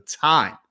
time